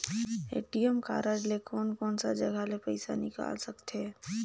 ATM card ले कोन कोन सा जगह ले पइसा निकाल सकथे?